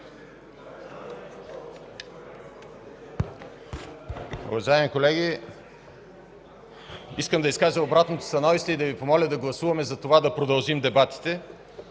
Уважаеми колеги, искам да изкажа обратното становище и да Ви помоля да гласуваме да продължим дебатите